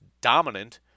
dominant